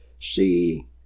see